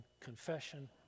confession